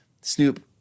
Snoop